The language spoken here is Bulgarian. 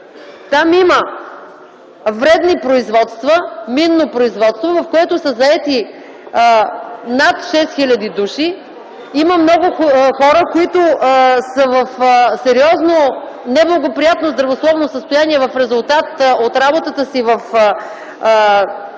Там има вредни производства, минно производство, в което са заети над 6 хил. души, има много хора, които са в сериозно неблагоприятно здравословно състояние в резултат от работата си в тези